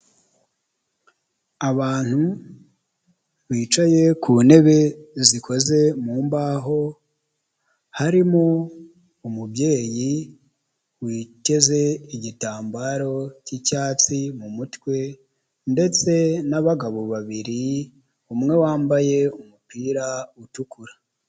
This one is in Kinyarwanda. abantu bicaye ku ntebe zikoze mu mbaho, harimo umubyeyi witeze igitambaro cy'icyatsi mu mutwe, ndetse nabagabo babiri umwe wambaye umupira utukura.